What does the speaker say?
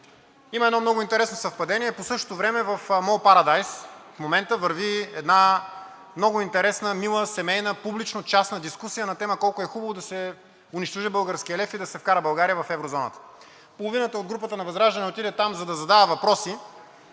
Има едно много интересно съвпадение, по същото време в мол „Парадайс“ в момента върви една много интересна, мила, семейна, публично-частна дискусия на тема „Колко е хубаво да се унищожи българският лев и да се вкара България в еврозоната“. Половината от групата на ВЪЗРАЖДАНЕ отиде там, за да задава въпроси,